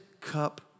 cup